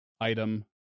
item